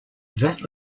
that